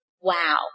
wow